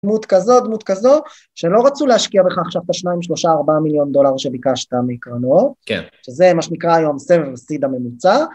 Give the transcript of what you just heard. דמות כזו, דמות כזו שלא רצו להשקיע בך עכשיו את השניים שלושה ארבעה מיליון דולר שביקשת מקרנות. כן. שזה מה שנקרא היום סבב סיד הממוצע.